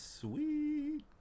sweet